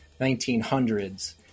1900s